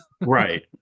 Right